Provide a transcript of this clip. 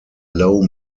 low